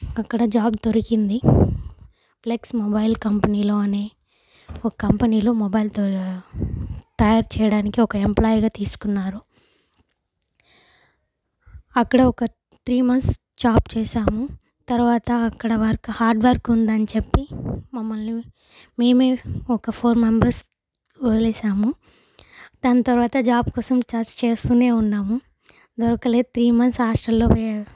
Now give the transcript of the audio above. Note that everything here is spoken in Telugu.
అక్కడ జాబ్ దొరికింది ఫ్లెక్స్ మొబైల్ కంపెనీలో అని ఒక కంపెనీలో మొబైల్ తయారు చేయడానికి ఒక ఎంప్లాయ్గా తీసుకున్నారు అక్కడ ఒక త్రీ మంత్స్ జాబ్ చేశాము తర్వాత అక్కడ వర్క్ హార్డ్ వర్క్ ఉందని చెప్పి మమ్మల్ని మేమే ఒక ఫోర్ మెంబర్స్ వదిలేసాము దాని తర్వాత జాబ్ కోసం సర్చ్ చేస్తూనే ఉన్నాము దొరకలేదు త్రీ మంత్స్ హాస్టల్లోనే